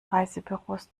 reisebüros